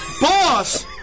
Boss